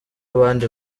abandi